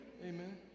Amen